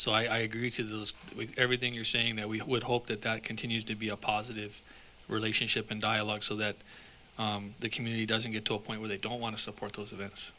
so i agree with everything you're saying that we would hope that that continues to be a positive relationship and dialogue so that the community doesn't get top point when they don't want to support those